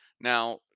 Now